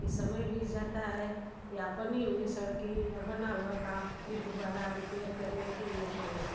फिर समय बीत जाता है या बनी हुई सड़कें या बना हुआ काम फिर दुबारा रिपेयर करने के योग्य हो जाता है